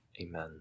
Amen